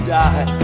die